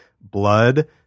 blood